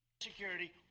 Security